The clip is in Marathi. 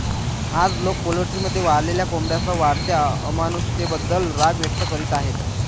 आज, लोक पोल्ट्रीमध्ये वाढलेल्या कोंबड्यांसह वाढत्या अमानुषतेबद्दल राग व्यक्त करीत आहेत